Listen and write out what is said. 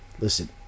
listen